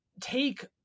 take